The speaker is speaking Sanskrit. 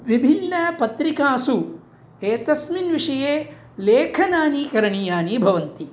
विभिन्न पत्रिकासु एतस्मिन् विषये लेखनानि करणीयानि भवन्ति